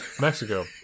Mexico